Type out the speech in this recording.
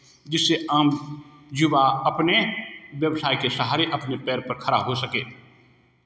जिससे आम युवा अपने व्यवसाय के सहारे अपने पैर पर खड़ा हो सके